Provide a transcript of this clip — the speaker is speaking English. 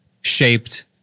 shaped